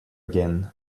again